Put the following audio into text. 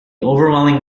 overwhelming